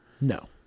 No